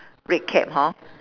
red cap hor